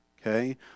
Okay